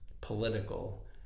political